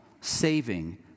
saving